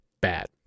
Bad